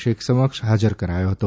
શેખ સમક્ષ હાજર કરાયા હતા